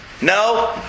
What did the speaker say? No